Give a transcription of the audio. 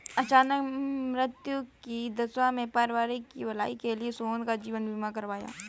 अचानक मृत्यु की दशा में परिवार की भलाई के लिए सोहन ने जीवन बीमा करवाया